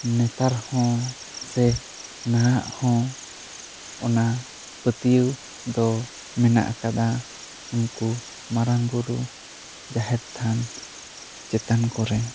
ᱱᱮᱛᱟᱨ ᱦᱚᱸ ᱥᱮ ᱱᱟᱦᱟᱜ ᱦᱚᱸ ᱚᱱᱟ ᱯᱟᱹᱛᱤᱭᱟᱹᱣ ᱫᱚ ᱢᱮᱱᱟᱜ ᱟᱠᱟᱫᱟ ᱩᱱᱩᱠᱩ ᱢᱟᱨᱟᱝ ᱵᱳᱨᱳ ᱡᱟᱦᱮᱨ ᱛᱷᱟᱱ ᱪᱮᱛᱟᱱ ᱠᱚᱨᱮ